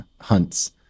hunts